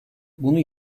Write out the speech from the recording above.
bunu